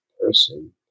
person